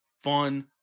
fun